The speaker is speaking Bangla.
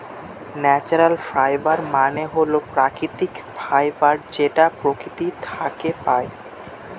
ন্যাচারাল ফাইবার মানে হল প্রাকৃতিক ফাইবার যেটা প্রকৃতি থাকে পাই